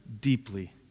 deeply